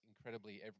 incredibly